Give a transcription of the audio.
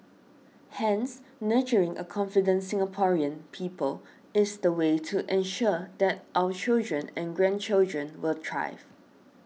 hence nurturing a confident Singaporean people is the way to ensure that our children and grandchildren will thrive